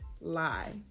lie